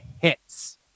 hits